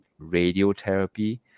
radiotherapy